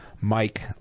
mike